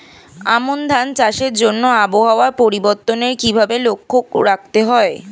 আমন ধান চাষের জন্য আবহাওয়া পরিবর্তনের কিভাবে লক্ষ্য রাখতে হয়?